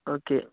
okay